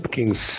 Kings